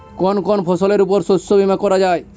কোন কোন ফসলের উপর শস্য বীমা করা যায়?